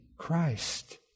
Christ